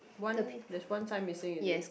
one there's one sign missing is it